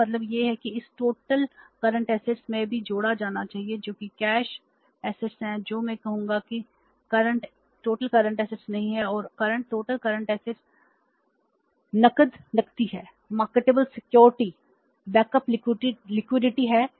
इसका मतलब यह है कि इसे टोटल करंट असेट्सहै या नकदी है